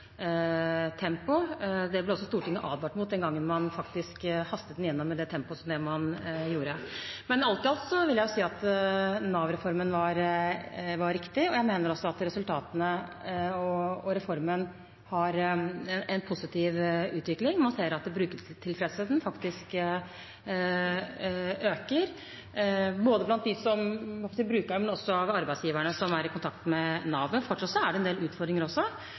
Den ble også hastet igjennom i altfor stort tempo. Det ble også Stortinget advart mot den gangen man faktisk hastet den igjennom i det tempoet man gjorde. Men alt i alt vil jeg si at Nav-reformen var riktig, og jeg mener også at resultatene og reformen har en positiv utvikling. Man ser at brukertilfredsheten faktisk øker, både blant brukerne og også blant arbeidsgiverne som er i kontakt med Nav. Men fortsatt er det en del utfordringer.